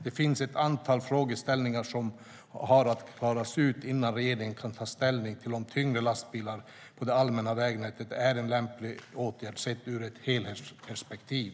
Det finns ett antal frågeställningar som har att klaras ut innan regeringen kan ta ställning till om tyngre lastbilar på det allmänna vägnätet är en lämplig åtgärd sett ur ett helhetsperspektiv.